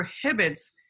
prohibits